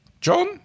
John